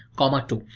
comma two.